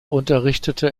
unterrichtete